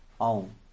own